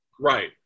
Right